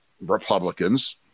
Republicans